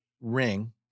ring